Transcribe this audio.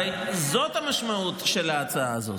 הרי זאת המשמעות של ההצעה הזאת.